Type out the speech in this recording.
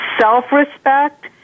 self-respect